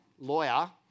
lawyer